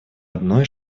одной